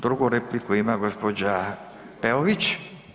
Drugu repliku ima gđa. Peović.